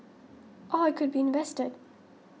or it could be invested